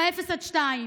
באפס עד שתיים.